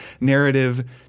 narrative